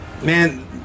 man